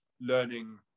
learning